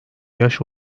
yaş